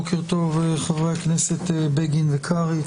בוקר טוב לחברי הכנסת בגין וקרעי,